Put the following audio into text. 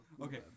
Okay